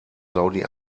saudi